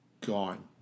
gone